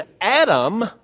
Adam